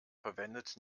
verwendet